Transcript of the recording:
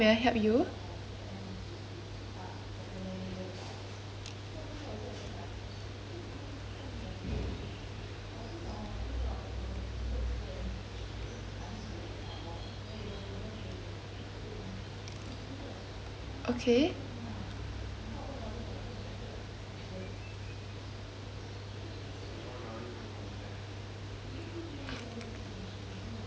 okay